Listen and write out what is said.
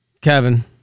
Kevin